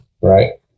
right